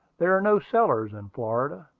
there are no cellars in florida,